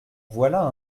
voilà